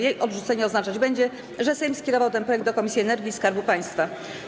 Jej odrzucenie oznaczać będzie, że Sejm skierował ten projekt do Komisji Energii i Skarbu Państwa.